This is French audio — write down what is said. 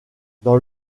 dans